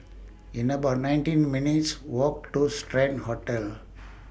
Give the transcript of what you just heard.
in about nineteen minutes' Walk to Strand Hotel